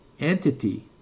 entity